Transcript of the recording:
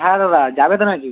হ্যাঁ দাদা যাবে তো নাকি